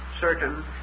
certain